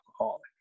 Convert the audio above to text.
alcoholic